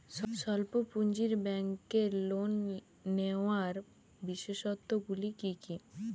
স্বল্প পুঁজির ব্যাংকের লোন নেওয়ার বিশেষত্বগুলি কী কী?